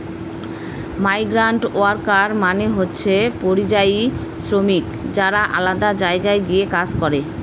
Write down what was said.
migrant worker মানে হচ্ছে পরিযায়ী শ্রমিক যারা আলাদা জায়গায় গিয়ে কাজ করে